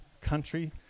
country